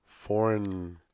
foreign